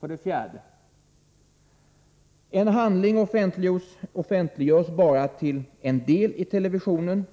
För det fjärde: En handling offentliggörs bara till en del i TV,